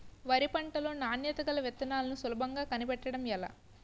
వరి పంట లో నాణ్యత గల విత్తనాలను సులభంగా కనిపెట్టడం ఎలా?